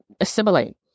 assimilate